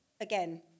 again